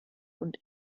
und